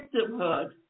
victimhood